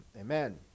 Amen